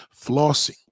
Flossing